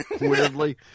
Weirdly